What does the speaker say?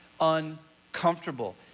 uncomfortable